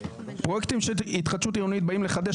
"פרויקטים של התחדשות עירונית באים לחדש